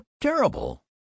terrible